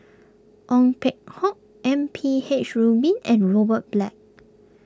Ong Peng Hock M P H Rubin and Robert Black